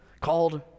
called